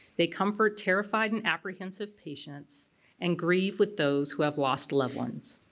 they comfort terrified and apprehensive patients and grieve with those who have lost loved ones.